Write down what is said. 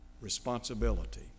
responsibility